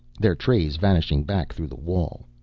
their trays vanishing back through the wall.